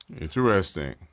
Interesting